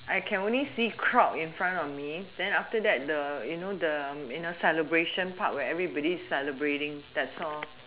I can only see crowd in front of me then after that the you know the you know celebration part where everybody celebrating that's all